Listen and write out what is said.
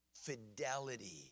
fidelity